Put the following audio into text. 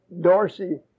Dorsey